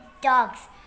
dogs